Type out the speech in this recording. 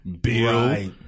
Bill